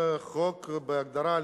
זה בהדרגה,